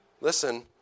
Listen